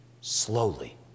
slowly